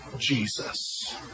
Jesus